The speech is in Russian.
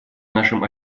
нашим